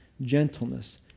gentleness